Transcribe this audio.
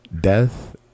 death